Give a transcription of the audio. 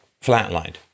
flatlined